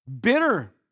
bitter